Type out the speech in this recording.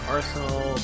Arsenal